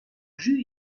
jus